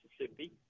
Mississippi